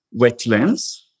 wetlands